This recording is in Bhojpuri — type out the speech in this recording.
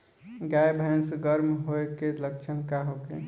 गाय भैंस गर्म होय के लक्षण का होखे?